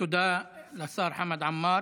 תודה לשר חמד עמאר.